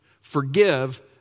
Forgive